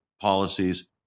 policies